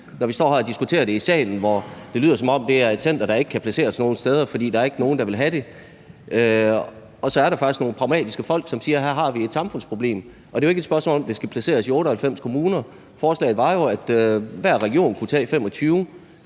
her og diskuterer det i salen, hvor det lyder, som om det er et center, der ikke kan placeres nogen steder, fordi der ikke er nogen, der vil have det. Og så er der faktisk nogle pragmatiske folk, som siger, at vi her har et samfundsproblem. Det er jo ikke et spørgsmål om, at det skal placeres i 98 kommuner. Forslaget var jo, at hver region kunne tage 25.